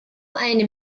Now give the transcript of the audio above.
eine